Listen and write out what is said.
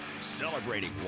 celebrating